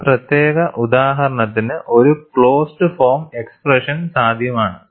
ഈ പ്രത്യേക ഉദാഹരണത്തിന് ഒരു ക്ലോസ്ഡ് ഫോം എക്സ്പ്രഷൻ സാധ്യമാണ്